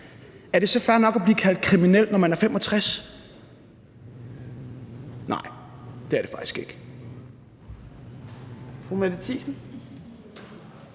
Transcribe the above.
er det så fair nok at blive kaldt kriminel, når man er 65 år? Nej, det er det faktisk ikke.